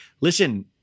listen